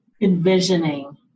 envisioning